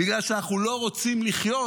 בגלל שאנחנו לא רוצים לחיות